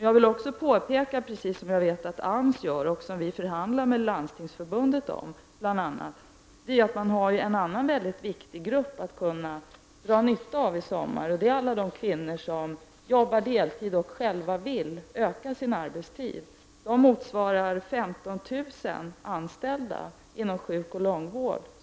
Jag vill också påpeka, precis som jag vet att AMS gör och som vi bl.a. förhandlar med Landstingsförbundet om, att det finns en annan viktig grupp att kunna dra nytta av i sommar. Det är alla de kvinnor som arbetar deltid och som själva vill utöka sin arbetstid. De motsvarar 15 000 anställda inom sjukoch långvård.